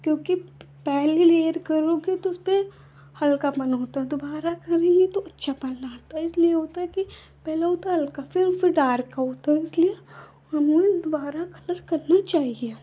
क्योंकि पहली लेयर करोगे तो उस पे हल्कापन होता है दोबारा करेंगे तो अच्छापन आता है इसलिए होता है कि पहला होता है हल्का फिर फिर डार्क होता है तो इसलिए हमें दोबारा कलर करना चाहिए